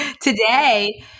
Today